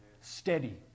steady